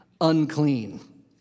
unclean